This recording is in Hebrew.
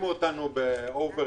האשימו אותנו באובר